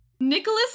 Nicholas